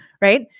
Right